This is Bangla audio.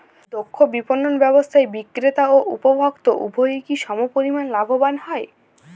দক্ষ বিপণন ব্যবস্থায় বিক্রেতা ও উপভোক্ত উভয়ই কি সমপরিমাণ লাভবান হয়?